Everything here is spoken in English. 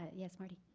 yes? marty?